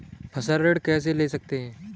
फसल ऋण कैसे ले सकते हैं?